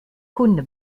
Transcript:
kunde